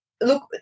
look